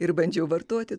ir bandžiau vartoti